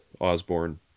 Osborne